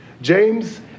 James